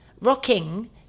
Rocking